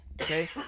Okay